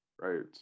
right